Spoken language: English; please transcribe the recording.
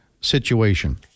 situation